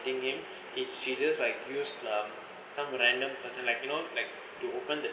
shooting game he she just like use um some random person like you know like to open the